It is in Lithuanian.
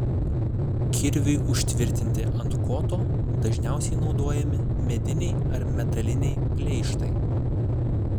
kirviui užtvirtinti ant koto dažniausiai naudojami mediniai ar metaliniai pleištai